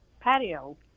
patio